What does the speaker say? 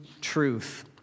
truth